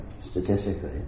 statistically